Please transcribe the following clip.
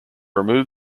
remove